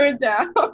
down